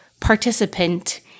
participant